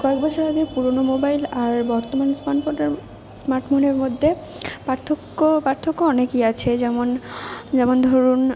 কয়েক বছর আগের পুরোনো মোবাইল আর বর্তমানে স্পাটফোটের স্মার্টফোনের মধ্যে পার্থক্য পার্থক্য অনেকই আছে যেমন যেমন ধরুন